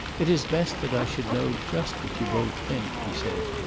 it is best that i should know just what you both think, he said,